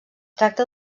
tracta